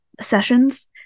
sessions